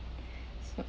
so